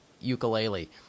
ukulele